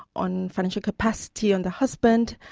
on financial capacity on the husband,